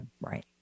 Right